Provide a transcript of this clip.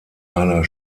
einer